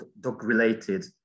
dog-related